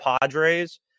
Padres